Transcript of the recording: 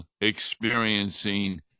experiencing